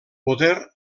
poder